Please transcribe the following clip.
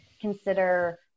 consider